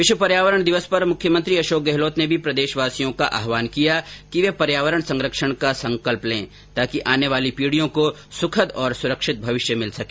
विश्व पर्यावरण दिवस पर मुख्यमंत्री अशोक गहलोत ने भी प्रदेशवासियों का आह्वान किया कि वे पर्यावरण संरक्षण का संकल्प लें ताकि आने वाली पीढ़ियों को सुखद और सुरक्षित भविष्य मिल सके